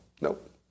nope